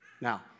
Now